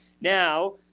Now